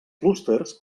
clústers